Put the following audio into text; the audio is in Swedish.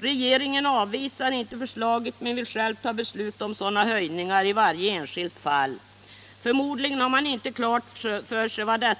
Regeringen avvisar inte förslaget men vill själv fatta beslut om sådana höjningar i varje enskilt fall. Förmodligen har man inte klart för sig vilken